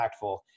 impactful